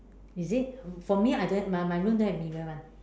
is it for me I don't have my my room don't have mirror [one]